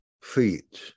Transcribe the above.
feet